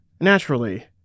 Naturally